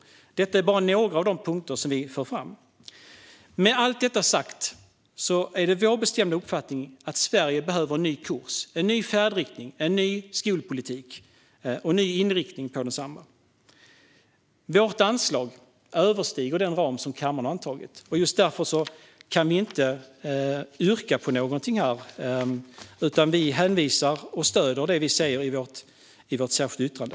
Detta är bara några av de punkter som vi för fram. Med allt detta sagt är det vår bestämda uppfattning att Sverige behöver en ny kurs, en ny färdriktning, en ny skolpolitik och en ny inriktning för densamma. Vårt anslag överstiger den ram som kammaren antagit. Därför kan vi inte yrka på någonting, utan vi hänvisar till och står bakom det vi säger i vårt särskilda yttrande.